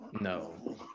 No